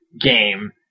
game